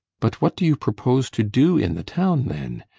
but what do you propose to do in the town, then?